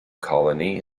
colony